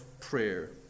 prayer